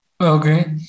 Okay